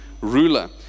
ruler